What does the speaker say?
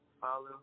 follow